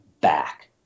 back